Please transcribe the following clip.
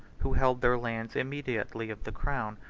who held their lands immediately of the crown,